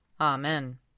Amen